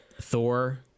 Thor